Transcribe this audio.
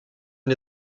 une